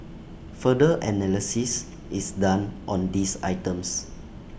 further analysis is done on these items